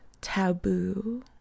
taboo